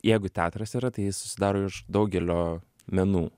jeigu teatras yra tai jis susidaro iš daugelio menų